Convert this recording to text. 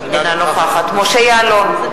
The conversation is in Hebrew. אינה נוכחת משה יעלון,